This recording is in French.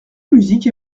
musique